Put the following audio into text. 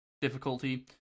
difficulty